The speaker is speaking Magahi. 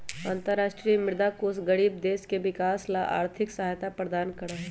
अन्तरराष्ट्रीय मुद्रा कोष गरीब देश के विकास ला आर्थिक सहायता प्रदान करा हई